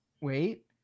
wait